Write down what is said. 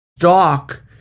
Stock